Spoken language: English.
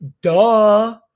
Duh